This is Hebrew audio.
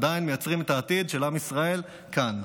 עדיין מייצרים את עתיד עם ישראל כאן.